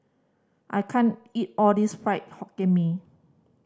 I can't eat all this Fried Hokkien Mee